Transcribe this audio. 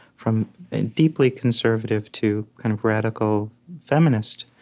from deeply conservative to kind of radical feminists,